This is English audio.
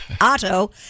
Otto